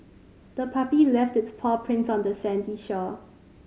the puppy left its paw prints on the sandy shore